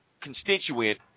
constituent